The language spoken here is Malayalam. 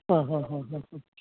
ആ ഹാ ഹാ ഹാ ഹാ